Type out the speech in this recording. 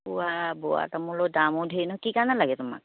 ওৱা বুঢ়া তামোলৰ দামো ধেৰ নহয় কি কাৰণে লাগে তোমাক